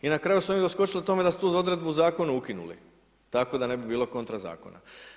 I na kraju su oni doskočili tome da su tu odredbu u zakonu ukinuli, tako da ne bilo kontra zakona.